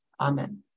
Amen